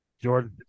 Jordan